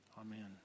Amen